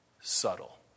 subtle